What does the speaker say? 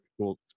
cool